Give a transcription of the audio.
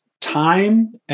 time